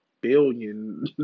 billion